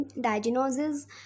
diagnosis